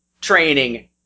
training